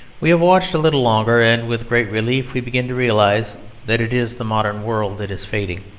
we have watched a little longer, and with great relief we begin to realise that it is the modern world that is fading.